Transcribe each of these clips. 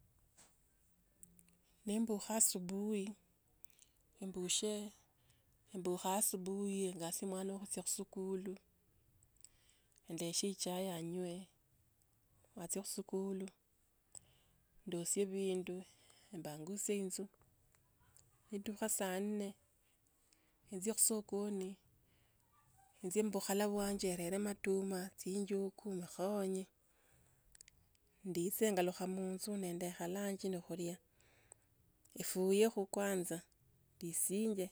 Niimbuka asubuhi embushia embukha asubuhi hiyo ngasie mwana sukuul, ne ndesie chai anywe, watsia khusukulu, ndosie pindu, epanguse ensu. Netukha saa nne, injie musokoni, enjile mbokhala bwanje rere matuma, chinjuku, mukhonye. Ndise ngalukhe munju ne ndekha lanchi na khulia. Efuyekhe kwanza, disinge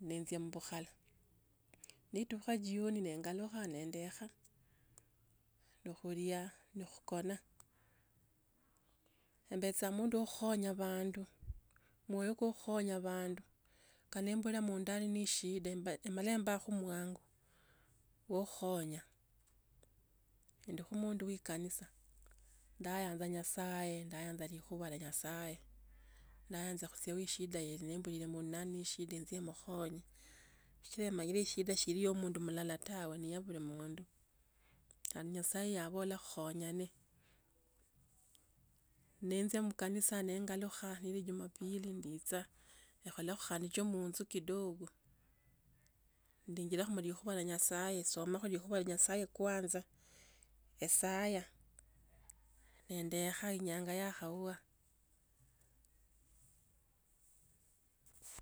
nenjia mubukhakala. Netukha jioni nengalukha nendekha no khulia no khukona. Ee mbecha mundu wa khukonya bandu moyo wa khukonya bandu. Ka nembola munda ali nenda ishida emba emale mbakho mwangu wo kukhonya. Nende khu mundu wa kanisa. Ndayaanza nyasaye, ndayaanza likhuba ya nyasaye, ndayaanza khukhonya bandu ba shida sikila manyile shida iyo seli shida ya mundu mulala tawe. Nai ya buli mundi. khandi nyasaye yabhola khukhonyane. Nenjia mkanisia nengalukha neli jumapili ndicha, ngolekhe ya munju kidogo. Ndinchila komakhoikhuwa lwa nyasaye soma kholikwa khulwa nyasaye kwanza. Esaya na endekha enyanga yakhauwa.